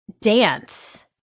dance